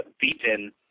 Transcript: beaten